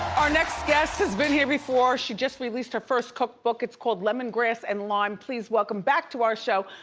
our next guest has been here before. she just released her first cookbook, it's called lemongrass and lime. please, welcome back to our show,